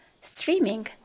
streaming